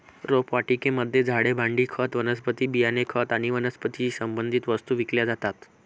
रोपवाटिकेमध्ये झाडे, भांडी, खत, वनस्पती बियाणे, खत आणि वनस्पतीशी संबंधित वस्तू विकल्या जातात